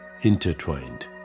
intertwined